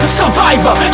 survivor